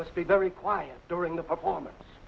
must be very quiet during the performance